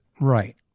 right